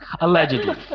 Allegedly